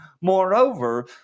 Moreover